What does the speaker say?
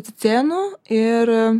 cicėnu ir